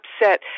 upset